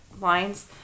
lines